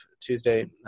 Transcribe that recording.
Tuesday